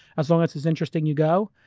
as long as it's interesting, you go.